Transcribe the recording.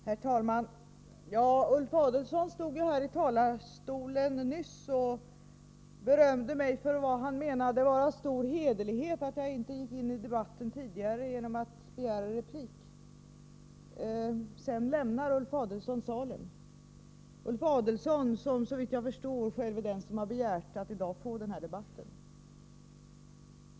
Herr talman! Ulf Adelsohn stod ju här i talarstolen nyss och berömde mig för vad han menade var stor hederlighet — att jag inte gick in i debatten tidigare genom att begära replik. Sedan lämnar Ulf Adelsohn salen — Ulf Adelsohn som, såvitt jag förstår, själv är den som har begärt att i dag få den här debatten.